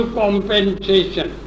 compensation